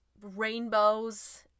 rainbows